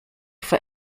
for